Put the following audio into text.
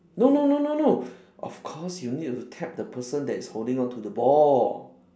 no no no no no of course you need to tap the person that is holding on to the ball